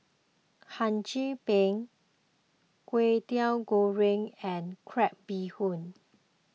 Hum Chim Peng Kway Teow Goreng and Crab Bee Hoon